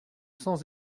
sans